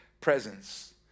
presence